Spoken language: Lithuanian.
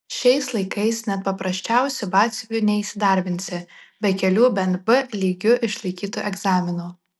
šiais laikais net paprasčiausiu batsiuviu neįsidarbinsi be kelių bent b lygiu išlaikytų egzaminų